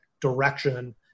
direction